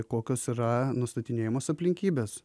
kokios yra nustatinėjamos aplinkybės